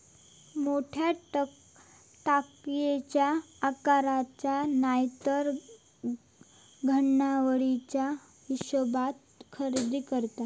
मोठ्या टाकयेच्या आकाराचा नायतर घडणावळीच्या हिशेबात खरेदी करतत